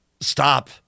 Stop